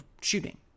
shooting